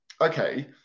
okay